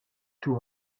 too